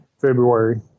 February